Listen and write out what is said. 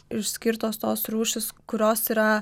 išskirtos tos rūšys kurios yra